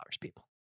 people